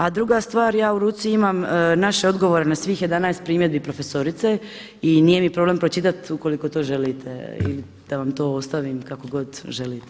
A druga stvar ja u ruci imam naše odgovore na svih 11 primjedbi profesorice i nije mi problem pročitati ukoliko to želite ili da vam to ostavim, kako god želite.